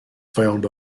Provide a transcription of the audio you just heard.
found